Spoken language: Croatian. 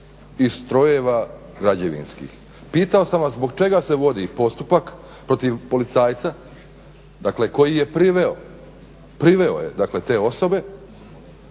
iz strojeva građevinskih. Pitao sam vas zbog čega se vodi postupak protiv policajca, dakle koji je priveo, priveo je dakle te osobe